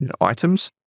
items